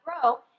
grow